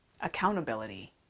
accountability